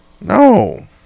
No